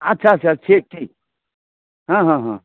अच्छा अच्छा ठीक ठीक हँ हँ हँ